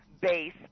base